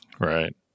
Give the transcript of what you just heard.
Right